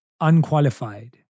unqualified